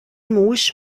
mhuwiex